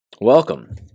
Welcome